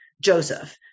Joseph